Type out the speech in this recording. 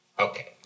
Okay